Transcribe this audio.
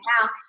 now